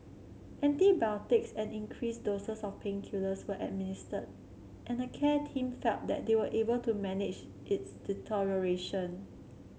antibiotics and increased doses of painkillers were administered and the care team felt that they were able to manage its deterioration